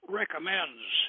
recommends